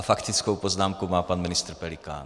Faktickou poznámku má pan ministr Pelikán.